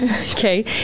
okay